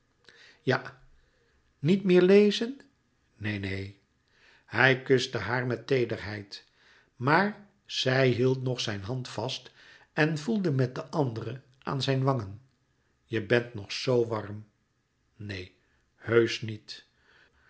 ja niet meer lezen neen neen hij kuste haar met teederheid maar zij hield nog zijn hand vast en voelde met de andere aan zijn wangen je bent nog zoo warm neen heusch niet